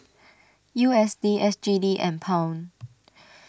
U S D S G D and Pound